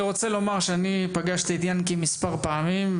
אני רוצה לומר שאני פגשתי את יענקי מספר פעמים.